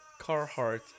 Carhartt